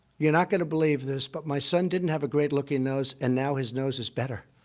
you're not going to believe this, but my son didn't have a great-looking nose and now his nose is better.